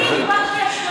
אני דיברתי על,